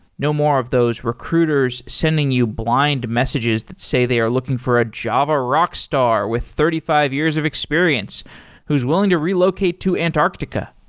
no more of those recruiters sending you blind messages that say they are looking for a java rockstar with thirty five years of experience who's willing to relocate to antarctica.